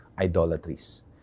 idolatries